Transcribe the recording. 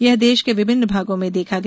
यह देश के विभिन्न भागों में देखा गया